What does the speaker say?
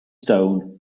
stone